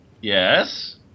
Yes